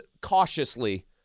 cautiously